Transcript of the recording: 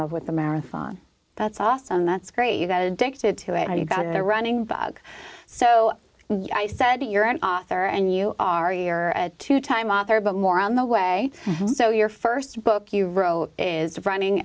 love with the marathon that's awesome that's great you got addicted to it and you got a running bug so i said you're an author and you are your two time author but more on the way so your st book you wrote is running